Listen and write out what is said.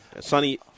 Sonny –